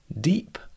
Deep